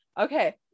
okay